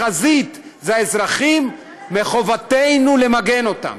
החזית זה האזרחים וחובתנו למגן אותם.